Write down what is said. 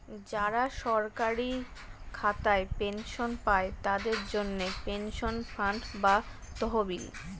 যারা সরকারি খাতায় পেনশন পায়, তাদের জন্যে পেনশন ফান্ড বা তহবিল